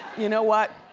you know what?